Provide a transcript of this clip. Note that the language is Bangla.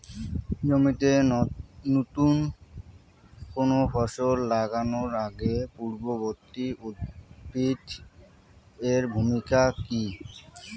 জমিতে নুতন কোনো ফসল লাগানোর আগে পূর্ববর্তী উদ্ভিদ এর ভূমিকা কি?